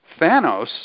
Thanos